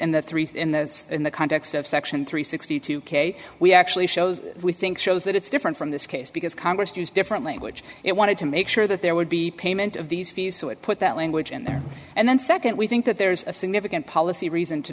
and the three in the in the context of section three sixty two k we actually shows we think shows that it's different from this case because congress used different language it wanted to make sure that there would be payment of these fees so it put that language in there and then second we think that there's a significant policy reason to